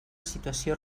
situació